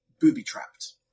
booby-trapped